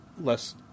less